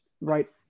right